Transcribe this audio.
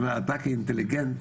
אתה כאינטליגנט,